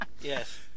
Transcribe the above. Yes